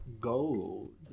gold